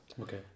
Okay